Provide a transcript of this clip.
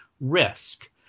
risk